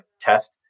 test